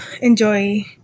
enjoy